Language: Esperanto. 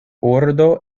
ordo